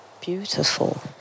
Beautiful